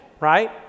right